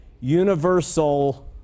universal